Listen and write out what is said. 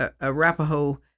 arapaho